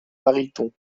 mariton